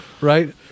right